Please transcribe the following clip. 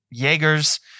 Yeagers